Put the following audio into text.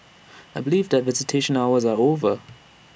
I believe that visitation hours are over